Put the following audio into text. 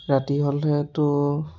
ৰাতি হ'লেতো